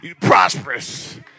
prosperous